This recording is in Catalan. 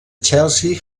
chelsea